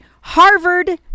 Harvard